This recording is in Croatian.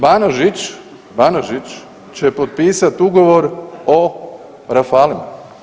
Banožić, Banožić će potpisati ugovor o Rafalima.